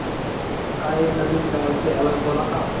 का ये service bank से अलग होला का?